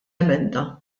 emenda